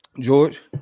George